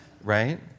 Right